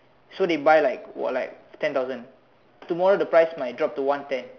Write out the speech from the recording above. so they buy like what like ten thousand tomorrow the price might drop to one ten